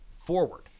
forward